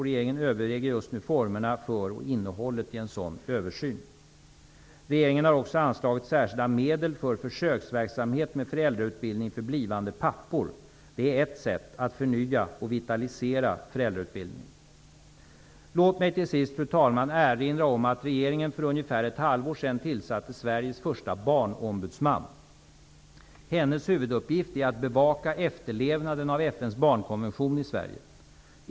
Regeringen överväger nu formerna för och innehållet i en sådan översyn. Regeringen har också anslagit särskilda medel för försöksverksamhet med föräldrautbildning för blivande pappor. Det är ett sätt att förnya och vitalisera föräldrautbildningen. Fru talman! Låt mig till sist erinra om att regeringen för ungefär ett halvår sedan tillsatte Sveriges första barnombudsman. Hennes huvuduppgift är att bevaka efterlevnaden av FN:s barnkonvention i Sverige.